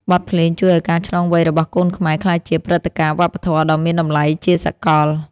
បទភ្លេងជួយឱ្យការឆ្លងវ័យរបស់កូនខ្មែរ ក្លាយជាព្រឹត្តិការណ៍វប្បធម៌ដ៏មានតម្លៃជាសកល។